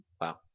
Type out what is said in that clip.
Wow